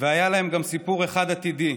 והיה להם גם סיפור אחד עתידי,